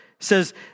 says